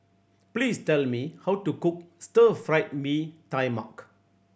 please tell me how to cook Stir Fried Mee Tai Mak